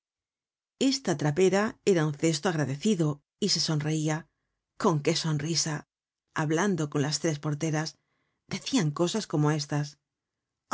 esta trapera era un cesto agradecido y se sonreia con qué sonrisa hablando con las tres porteras decian cosas como estas ah